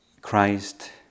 Christ